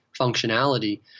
functionality